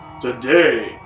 Today